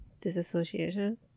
Disassociation